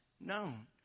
known